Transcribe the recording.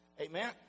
amen